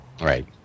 Right